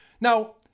Now